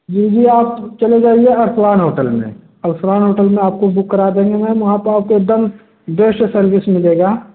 जी जी आप चले जाइए अर्सलान होटल में अर्सलान होटल में आपको बुक करा देंगे मैम वहाँ पर आपको एक दम बेस्ट सर्विस मिलेगी